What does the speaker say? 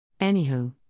Anywho